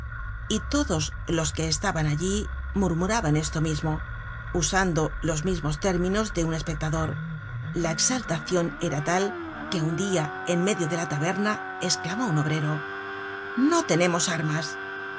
y todos los que estaban allí murmuraban esto mismo usando los mismos términos de un espectador la exaltacion era tal que un dia en medio de la taberna esclamó un obrero no tenemos armas